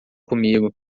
comigo